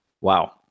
Wow